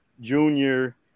junior